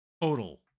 total